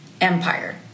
empire